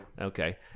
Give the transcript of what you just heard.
Okay